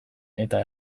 eta